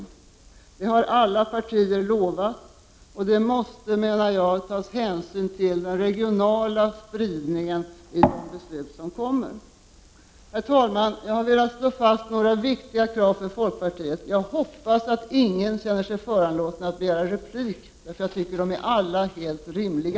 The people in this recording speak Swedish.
Alla partier har avgett löften och det måste, menar jag, tas hänsyn till den regionala spridningen i det beslut som kommer. Herr talman! Jag har velat slå fast några för folkpartiet viktiga krav. Jag hoppas att ingen känner sig föranlåten att begära replik, för jag tycker att de alla är helt rimliga.